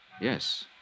Yes